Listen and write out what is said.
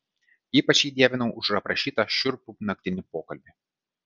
ypač jį dievinau už aprašytą šiurpų naktinį pokalbį